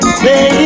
Baby